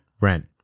Rent